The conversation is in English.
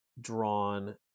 drawn